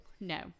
no